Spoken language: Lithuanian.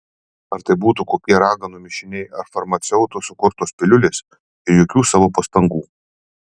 ar tai būtų kokie raganų mišiniai ar farmaceutų sukurtos piliulės ir jokių savo pastangų